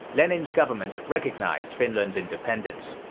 lenin's government recognized finland's independence.